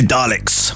Daleks